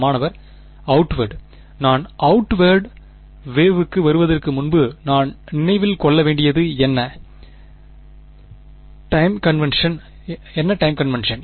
மாணவர் அவுட்வெர்ட் நான் outward wave கு வருவதற்கு முன்பு நான் நினைவில் கொள்ள வேண்டியது என்ன டைம் கான்வென்ஷ்ன்